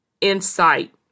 insight